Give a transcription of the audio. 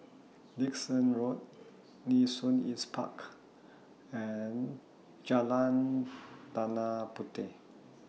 Dickson Road Nee Soon East Park and Jalan Tanah Puteh